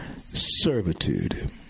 servitude